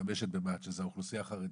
משתמשת מה"ט שזו האוכלוסייה החרדית.